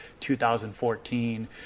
2014